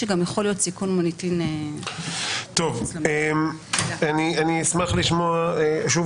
שגם יכול להיות סיכון מוניטין מחוץ --- אני מבקש מהדוברים